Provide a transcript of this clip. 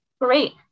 Great